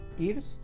Ears